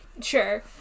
Sure